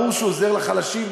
ברור שהוא עוזר לחלשים,